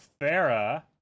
Farah